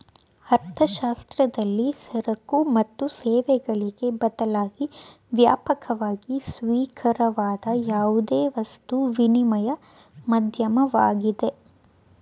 ಅರ್ಥಶಾಸ್ತ್ರದಲ್ಲಿ ಸರಕು ಮತ್ತು ಸೇವೆಗಳಿಗೆ ಬದಲಾಗಿ ವ್ಯಾಪಕವಾಗಿ ಸ್ವೀಕಾರಾರ್ಹವಾದ ಯಾವುದೇ ವಸ್ತು ವಿನಿಮಯ ಮಾಧ್ಯಮವಾಗಿದೆ